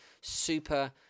super